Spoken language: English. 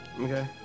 Okay